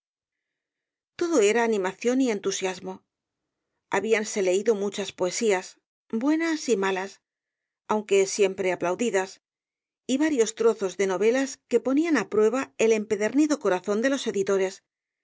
todo era animación y entusiasmo habíanse leído muchas poesías buenas y malas aunque siempre aplaudidas y varios trozos de novelas que ponían á prueba el empedernido corazón de los editores